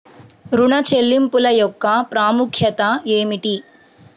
ఋణ చెల్లింపుల యొక్క ప్రాముఖ్యత ఏమిటీ?